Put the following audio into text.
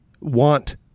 want